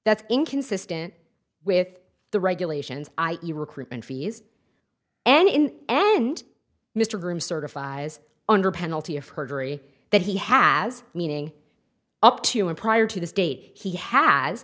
that's inconsistent with the regulations i e recruitment fees and in and mr grimm certifies under penalty of perjury that he has meaning up to and prior to this date he has